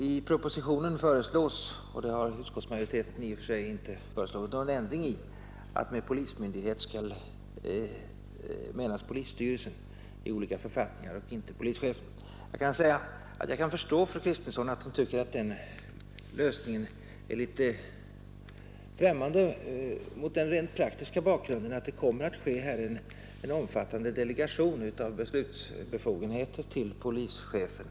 I propositionen föreslås — och det har utskottsmajoriteten i och för sig inte velat ändra — att med polismyndighet skall förstås polisstyrelsen och inte polischefen om inte annat uttryckligen föreslagits i någon författning. Jag kan förstå att fru Kristensson tycker att den lösningen är litet främmande mot den rent praktiska bakgrunden att det kommer att ske en omfattande delegation av beslutsbefogenheter till polischefen.